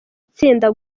itsinda